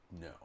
no